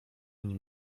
nim